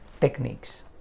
techniques